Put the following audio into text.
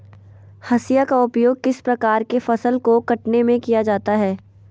हाशिया का उपयोग किस प्रकार के फसल को कटने में किया जाता है?